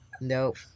Nope